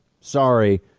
Sorry